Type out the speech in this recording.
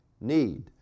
need